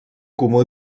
comú